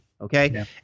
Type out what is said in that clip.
Okay